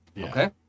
Okay